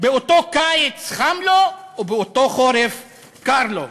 באותו קיץ חם לו ובאותו חורף קר לו?